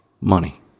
Money